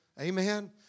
Amen